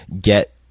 get